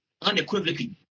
unequivocally